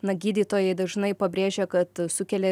na gydytojai dažnai pabrėžia kad sukelia